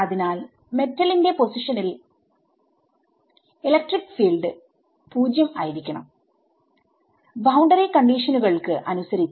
അതിനാൽ മെറ്റലിന്റെ പൊസിഷനിൽ ഇലക്ട്രിക് ഫീൽഡ്0 ആയിരിക്കണം ബൌണ്ടറി കണ്ടിഷനുകൾക്ക്അനുസരിച്ച്